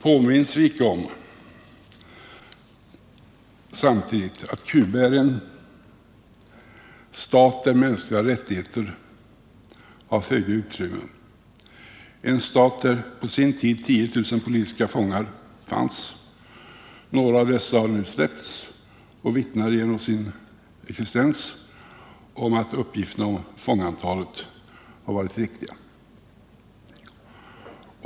Påminns vi icke samtidigt om att Cuba är en stat, där mänskliga rättigheter har föga utrymme? Det är en stat där på sin tid 10 000 politiska fångar fanns. Några av dessa har nu släppts och vittnar genom sin existens om att uppgifterna om fångantalet har varit riktiga.